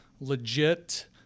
legit